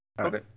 Okay